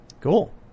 cool